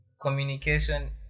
Communication